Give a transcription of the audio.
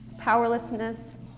Powerlessness